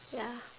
ya